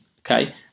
okay